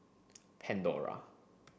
Pandora